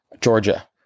Georgia